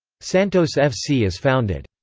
santos fc is founded.